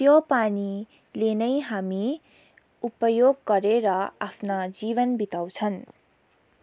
त्यो पानीले नै हामी उपयोग गरेर आफ्ना जीवन बिताउँछन्